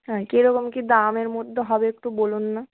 হ্যাঁ কেরকম কি দামের মধ্যে হবে একটু বলুন না